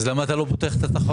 אם כן, למה אתה לא פותח את התחרות?